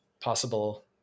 possible